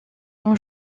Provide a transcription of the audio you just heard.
nos